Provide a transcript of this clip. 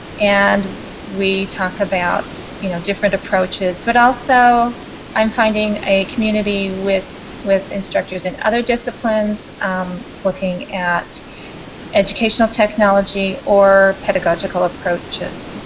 and we talk about you know different approaches. but also i'm finding a community with with instructors in other disciplines looking at educations technology to pedagogical approaches,